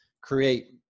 create